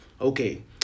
Okay